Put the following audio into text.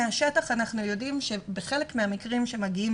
מהשטח אנחנו יודעים שבחלק מהמקרים כשמגיעים